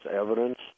evidence